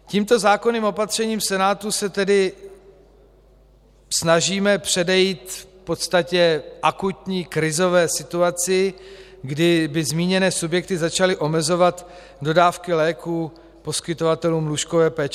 Tímto zákonným opatřením Senátu se tedy snažíme předejít v podstatě akutní krizové situaci, kdy by zmíněné subjekty začaly omezovat dodávky léků poskytovatelům lůžkové péče.